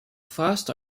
first